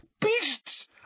Beasts